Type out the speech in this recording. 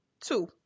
two